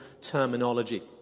terminology